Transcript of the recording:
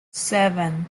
seven